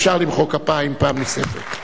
אפשר למחוא כפיים פעם נוספת.